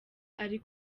ari